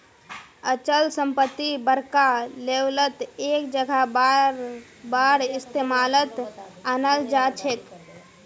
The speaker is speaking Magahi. अचल संपत्ति बड़का लेवलत एक जगह बारबार इस्तेमालत अनाल जाछेक